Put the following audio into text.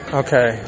okay